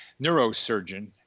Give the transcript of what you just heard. Neurosurgeon